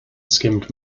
skimmed